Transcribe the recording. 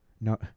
no